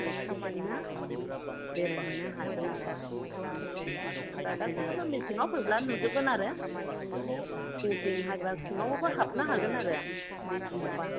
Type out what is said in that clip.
जीपसिजोंनो बेरायहैनो हागोन आरो आरामसे होमब्ला गासैखौबो मेसेंआव फैब्ला नुजोबगोन आरो सिं सिं हाग्रा सिङावबाबो हाबनो हागोन आरो बे समावबा